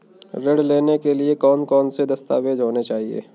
ऋण लेने के लिए कौन कौन से दस्तावेज होने चाहिए?